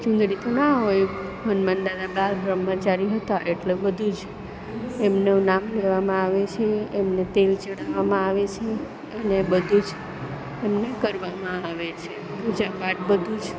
ચૂંદડી તો ના હોય હનુમાન દાદા બાળ બ્રહ્મચારી હતા એટલે બધું જ એમનું નામ લેવામાં આવે છે એમને તેલ ચડાવવામાં આવે છે અને બધું જ એમનું કરવામાં આવે છે પૂજા પાઠ બધું જ